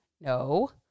No